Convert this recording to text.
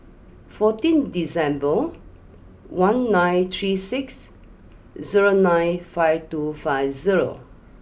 fourteen December one nine three six zero nine five two five zero